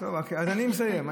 אני מסיים.